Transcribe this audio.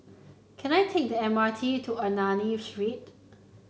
can I take the M R T to Ernani Street